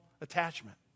attachment